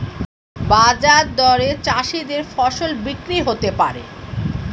বাজার দরে চাষীদের ফসল বিক্রি হতে পারে